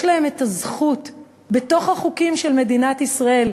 להם זכות לפי החוקים של מדינת ישראל,